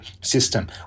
system